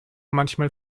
manchmal